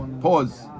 pause